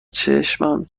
چشمم